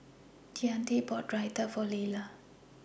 Deante bought Raita For Lella